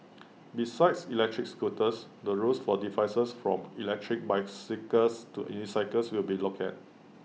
besides electric scooters the rules for devices from electric bicycles to unicycles will be looked at